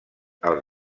els